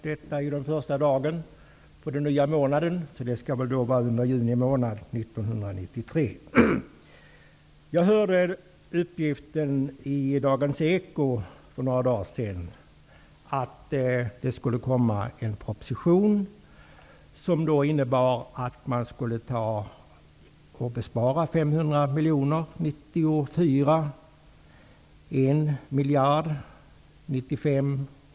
Detta är den första dagen på den nya månaden, så propositionen skall väl då komma under juni månad 1993. f411 > Jag hörde på Dagens eko för några dagar sedan en uppgift om att det skulle komma en proposition, som innebar en besparing på 500 miljarder under 1996.